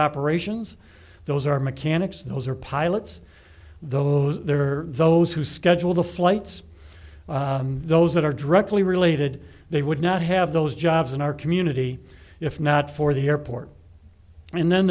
operations those are mechanics those are pilots those there are those who schedule the flights those that are dreadfully related they would not have those jobs in our community if not for the airport and then